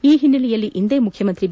ಈ ಹಿನ್ನೆಲೆಯಲ್ಲಿ ಇಂದೇ ಮುಖ್ಯಮಂತ್ರಿ ಬಿ